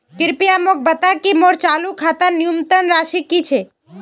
कृपया मोक बता कि मोर चालू खातार न्यूनतम राशि की छे